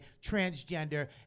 transgender